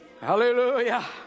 Hallelujah